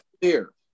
clear